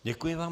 Děkuji vám.